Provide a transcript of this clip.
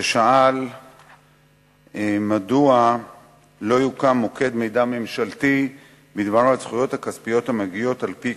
שאל את השר המופקד על שיפור השירות הממשלתי לציבור ביום